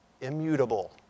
immutable